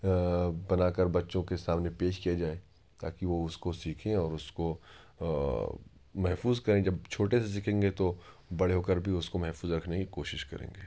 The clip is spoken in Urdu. بنا کر بچوں کے سامنے پیش کیا جائے تاکہ وہ اس کو سیکھیں اور اس کو محفوظ کریں جب چھوٹے سے سیکھیں گے تو بڑے ہوکر بھی اس کو محفوظ رکھنے کی کوشش کریں گے